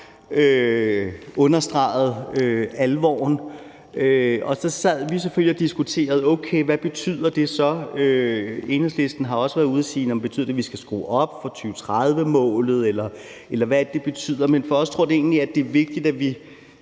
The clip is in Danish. understreger alvoren, og så sad vi selvfølgelig og diskuterede, hvad det så betyder. Enhedslisten har også været ude at spørge, om det betyder, at vi skal skrue op for 2030-målet, eller hvad er det, det betyder? Men for os tror jeg, det er vigtigt, at vi